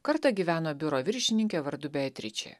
kartą gyveno biuro viršininkė vardu beatričė